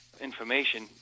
information